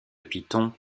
python